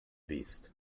beast